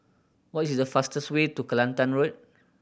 what is the fastest way to Kelantan Road